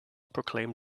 proclaimed